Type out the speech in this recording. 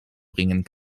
bringen